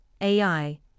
AI